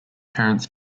parents